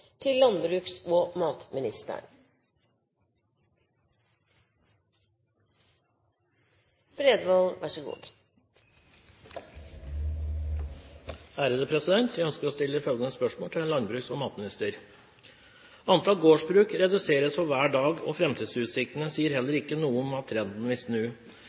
til landbruks- og matministeren: «Antall gårdsbruk reduseres for hver dag, og fremtidsutsiktene sier heller ikke noe om at trenden vil snu.